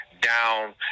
down